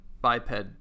biped